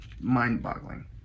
mind-boggling